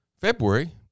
February